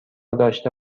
داشته